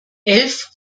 elf